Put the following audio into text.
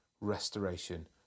restoration